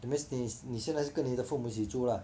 that means 你现在是跟你父母一起住啦